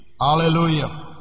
Hallelujah